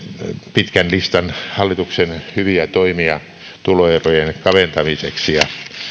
pitkän listan hallituksen hyviä toimia tuloerojen kaventamiseksi ja